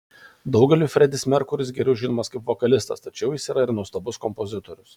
daugeliui fredis merkuris geriau žinomas kaip vokalistas tačiau jis yra ir nuostabus kompozitorius